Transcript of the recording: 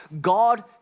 God